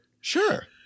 Sure